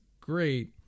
great